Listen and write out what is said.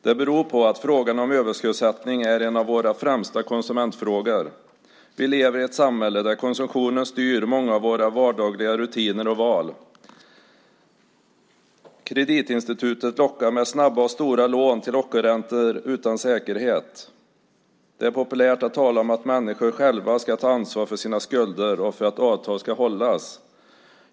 Det beror på att frågan om överskuldsättning är en av våra främsta konsumentfrågor. Vi lever i ett samhälle där konsumtionen styr många av våra vardagliga rutiner och val. Kreditinstituten lockar med snabba och stora lån till ockerräntor utan säkerhet. Det är populärt att tala om att människor själva ska ta ansvar för sina skulder och för att avtal ska hållas.